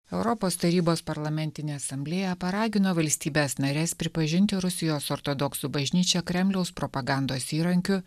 europos tarybos parlamentinė asamblėja paragino valstybes nares pripažinti rusijos ortodoksų bažnyčią kremliaus propagandos įrankiu